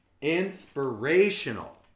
Inspirational